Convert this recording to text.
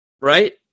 right